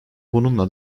bununla